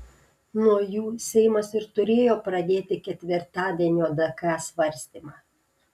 nuo jų seimas ir turėjo pradėti ketvirtadienio dk svarstymą